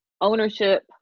ownership